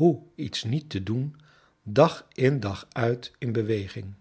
hoe iets niet te doen dag in dag uit in beweging